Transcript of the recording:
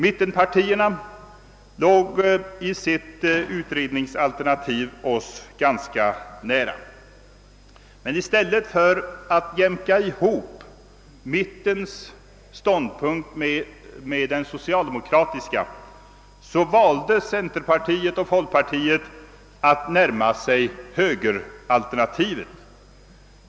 Mittenpartiernas utredningsalternativ låg ganska nära vårt. Men i stället för att jämka samman mittens ståndpunkt med den socialdemokratiska valde centerpartiet och folkpartiet att närma sig högeralternativet.